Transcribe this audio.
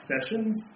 sessions